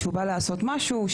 שהוא בא לעשות משהו,